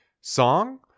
song